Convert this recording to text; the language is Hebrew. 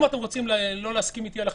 אם אתם לא רוצים להסכים איתי על החידוש,